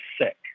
sick